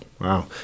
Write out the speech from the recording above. wow